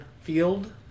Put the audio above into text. Field